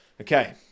Okay